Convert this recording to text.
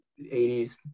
80s